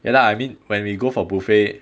you know I mean when we go for buffet